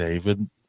david